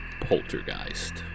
Poltergeist